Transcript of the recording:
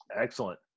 Excellent